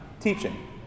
teaching